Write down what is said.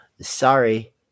sorry